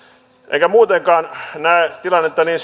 en muutenkaan näe tilannetta niin